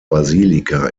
basilika